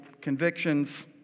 convictions